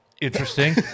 Interesting